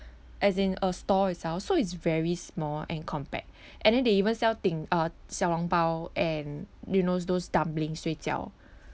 as in a stall itself so it's very small and compact and then they even sell din uh 小笼包 and you know those dumplings 水饺